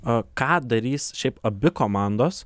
a ką darys šiaip abi komandos